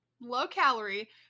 low-calorie